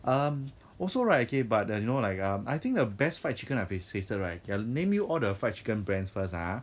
um also right okay but the you know like um I think the best fried chicken I've tasted right okay I'll name you all the fried chicken brands first ah